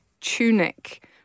tunic